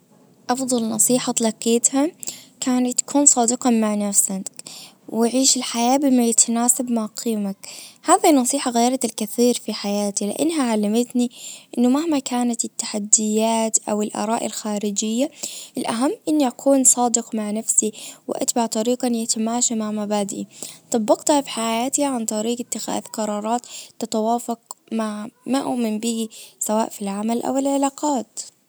افضل نصيحة تلاقيتها كانت كن صادقا مع نفسك وعيش الحياة بما يتناسب مع قيمك هذه نصيحة غيرت الكثير في حياتي لانها علمتني انه مهما كانت التحديات او الاراء الخارجية الاهم اني اكون صادق مع نفسي واتبع طريقا يتماشى مع مبادئي طبقتها في حياتي عن طريج اتخاذ قرارات تتوافق مع ما اؤمن به سواء في العمل او العلاقات.